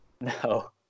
No